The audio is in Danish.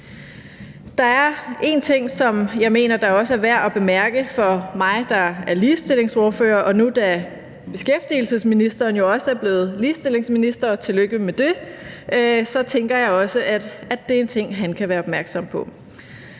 Der er en ting, som jeg mener også er værd at bemærke for mig, der er ligestillingsordfører, og nu da beskæftigelsesministeren også er blevet ligestillingsminister – og tillykke med det – så tænker jeg også, at det er en ting, han kan være opmærksom på.